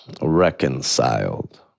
reconciled